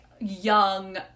young